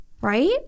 Right